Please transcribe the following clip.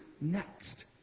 next